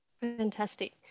Fantastic